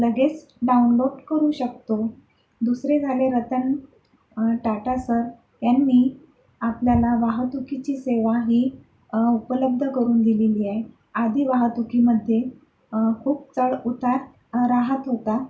लगेच डाउनलोड करू शकतो दुसरे झाले रतन टाटा सर यांनी आपल्याला वाहतुकीची सेवा ही उपलब्ध करून दिलेली आहे आधी वाहतुकीमध्ये खूप चढउतार हा राहत होता